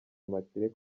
immaculée